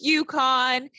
UConn